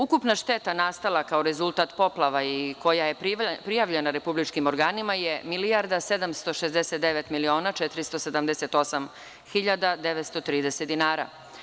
Ukupna šteta nastala kao rezultat poplava i koja je prijavljena republičkim organima je 1.769.478.930 dinara.